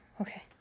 okay